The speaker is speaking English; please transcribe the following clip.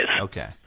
Okay